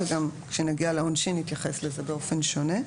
וגם כשנגיע לעונשין נתייחס לזה באופן שונה.